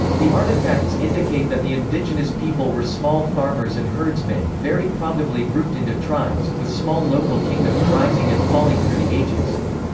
the artifacts indicate that the indigenous people were small farmers and herdsmen, very probably grouped into tribes, with small local kingdoms rising and falling through the ages.